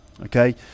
okay